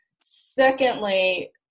Secondly